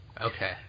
Okay